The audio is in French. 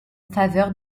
faveur